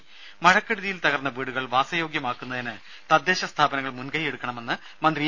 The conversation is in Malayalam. രേര മഴക്കെടുതിയിൽ തകർന്ന വീടുകൾ വാസ യോഗ്യമാക്കുന്നതിനു തദ്ദേശ സ്ഥാപനങ്ങൾ മുൻകൈ എടുക്കണമെന്ന് മന്ത്രി ഇ